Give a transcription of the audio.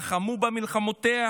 לחמו במלחמותיה